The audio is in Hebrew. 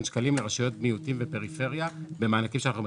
שקלים לרשויות מיעוטים ופריפריה במענקים שאנו מחלקים.